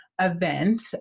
event